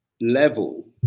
level